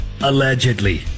Allegedly